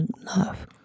enough